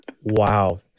Wow